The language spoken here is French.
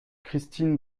christine